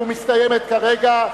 מסתיימת כרגע.